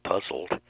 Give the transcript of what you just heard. puzzled